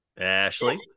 Ashley